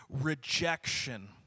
rejection